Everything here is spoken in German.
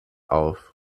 auf